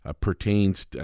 pertains